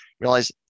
realize